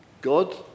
God